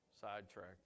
sidetracked